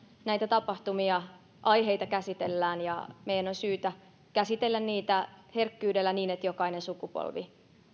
näitä tapahtumia ja aiheita käsitellään ja meidän on syytä käsitellä niitä herkkyydellä niin että jokainen sukupolvi